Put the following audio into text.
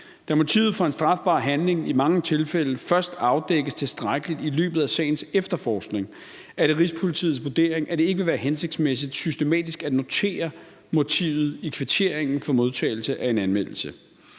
Da motivet for en strafbar handling i mange tilfælde først afdækkes tilstrækkeligt i løbet af sagens efterforskning, er det Rigspolitiets vurdering, at det ikke vil være hensigtsmæssigt systematisk at notere motivet i kvitteringen for modtagelse af en anmeldelse.